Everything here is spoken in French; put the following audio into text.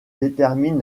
détermine